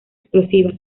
explosivas